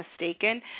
mistaken